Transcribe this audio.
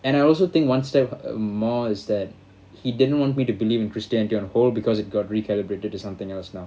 and I also think one step more is that he didn't want me to believe in christianity on whole because it got recalibrated to something else now